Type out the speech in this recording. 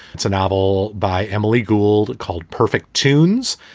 it's a novel by emily gould called perfect tunes.